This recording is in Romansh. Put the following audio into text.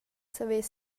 saver